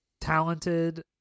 Talented